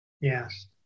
Yes